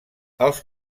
els